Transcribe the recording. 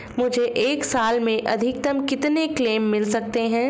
मुझे एक साल में अधिकतम कितने क्लेम मिल सकते हैं?